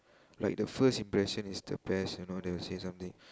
like the first impression is the best you know they will say something